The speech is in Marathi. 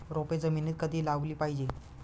रोपे जमिनीत कधी लावली पाहिजे?